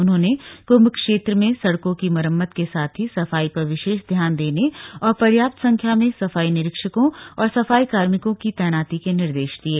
उन्होंने कुम्भ क्षेत्र में सड़कों की मरम्मत के साथ ही सफाई पर विशेष ध्यान देने और पर्याप्त संख्या में सफाई निरीक्षकों और सफाई कार्मिकों की तैनाती के निर्देश दिये